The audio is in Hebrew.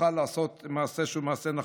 נוכל לעשות מעשה שהוא מעשה נכון.